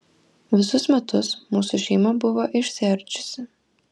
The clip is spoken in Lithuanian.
visus metus mūsų šeima buvo išsiardžiusi